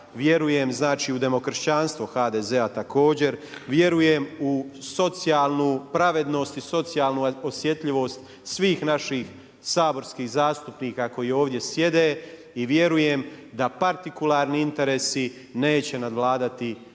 vjerujem znači u demokršćanstvo HDZ-a također, vjerujem u socijalnu pravednost i socijalnu osjetljivost svih naših saborskih zastupnika koji ovdje sjede i vjerujem da partikularni interesi neće nadvladati javni